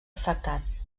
afectats